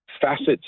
facets